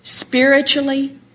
spiritually